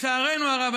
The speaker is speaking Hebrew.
לצערנו הרב,